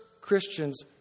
Christians